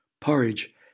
Porridge